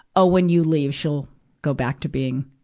ah when you leave, she'll go back to being,